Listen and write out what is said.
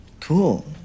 Cool